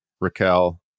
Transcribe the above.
Raquel